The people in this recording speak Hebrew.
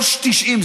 3.90,